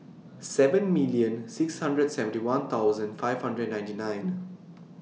seven million six hundred seventy one thousand five hundred ninety nine